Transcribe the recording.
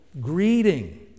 greeting